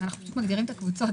זה מופיע בהוראת הביצוע.